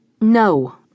no